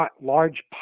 large